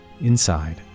Inside